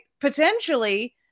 potentially